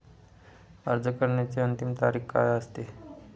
अर्ज करण्याची अंतिम तारीख काय असते?